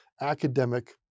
academic